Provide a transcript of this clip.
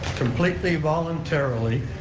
completely voluntarily,